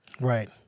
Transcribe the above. right